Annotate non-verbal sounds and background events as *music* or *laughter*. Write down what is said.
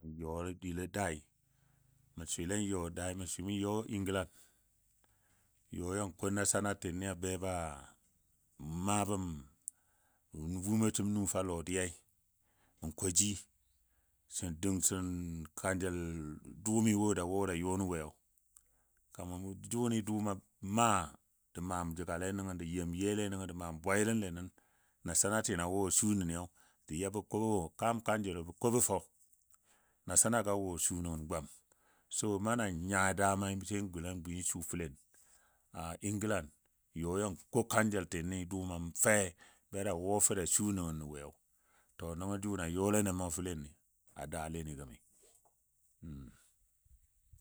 *unintelligible* Mə swɨle n yɔ daa n yɔ n gəla n yɔ yan ko nasanatini be ba maa bəm wumɔtəm nu fou lɔdiya n ko ji sən dəng sən kanjəl dʊʊni wo da wo da yɔ nən woi kaman jʊni dʊʊmo maa jə maam jəga nəni jə yɛm yɛle nən jə maam bwanyilənle nən nasanatinɔ a wo a su nən sə yɔ bə ko wo kaam kanjəlɔ bə kobɔ fou, nasanagɔ a wo su nən gwam n so naa nya damai sai nan gwi su fəlɛn a england yɔ yan ko kanjəltini dʊʊmɔ a fɛi be da wɔ fou da su nən woi to nəngɔ jʊ na yɔle nən fəlɛni a daa leni gəmiyo *unintelligible*